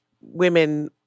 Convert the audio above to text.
women